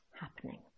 happening